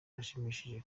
rushimishije